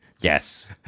Yes